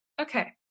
Okay